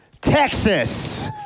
Texas